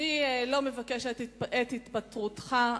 אני לא מבקשת את התפטרותך,